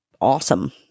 awesome